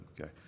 Okay